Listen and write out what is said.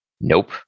Nope